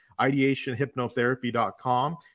ideationhypnotherapy.com